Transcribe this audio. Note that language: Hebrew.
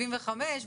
75%,